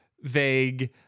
vague